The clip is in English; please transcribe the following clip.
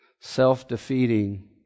self-defeating